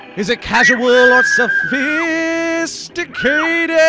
is it casual or sophisticated